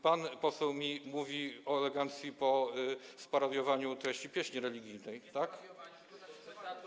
Pan poseł mi mówi o elegancji po sparodiowaniu treści pieśni religijnej, tak?